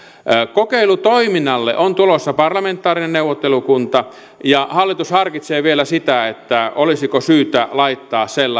kokeilutoiminnalle on tulossa parlamentaarinen neuvottelukunta ja hallitus harkitsee vielä sitä olisiko syytä laittaa sellainen